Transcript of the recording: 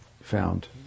found